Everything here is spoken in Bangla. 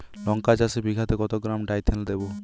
লঙ্কা চাষে বিঘাতে কত গ্রাম ডাইথেন দেবো?